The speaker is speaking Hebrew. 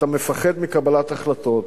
אתה מפחד מקבלת החלטות,